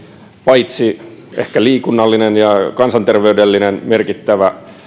paitsi ehkä liikunnallinen ja kansanterveydellinen merkittävä